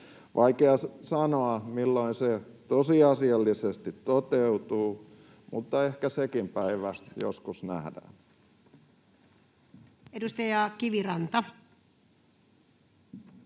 Vaikea sanoa, milloin se tosiasiallisesti toteutuu, mutta ehkä sekin päivä joskus nähdään. Edustaja Kiviranta.